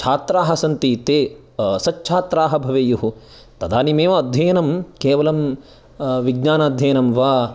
छात्राः सन्ति ते सच्छात्राः भवेयुः तदानीमेव अध्ययनं केवलं विज्ञानाध्ययनं वा